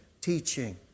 teaching